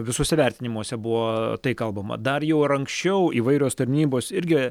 visuose vertinimuose buvo tai kalbama dar jau ir anksčiau įvairios tarnybos irgi